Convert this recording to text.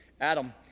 Adam